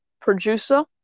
producer